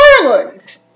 Ireland